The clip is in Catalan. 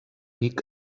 vic